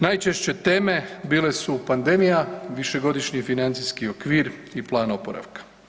Najčešće teme bile su pandemija, višegodišnji financijski okvir i plan oporavka.